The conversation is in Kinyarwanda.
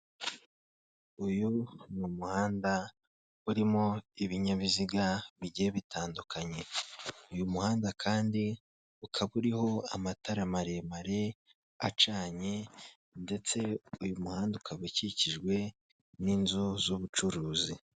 Uyu ni umuhanda urimo ibinyabiziga bigiye bitandukanye, uyu muhanda kandi ukaba uriho amatara maremare acanye, ndetse uyu muhanda ukaba ukikijwe n'inzu z'ubucuruzi.